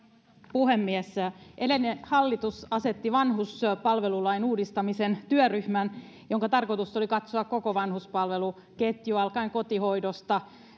puhemies edellinen hallitus asetti vanhuspalvelulain uudistamisen työryhmän jonka tarkoitus oli katsoa koko vanhuspalveluketju alkaen kotihoidosta